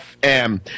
FM